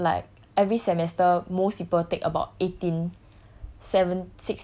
cause like okay so like every semester most people take about eighteen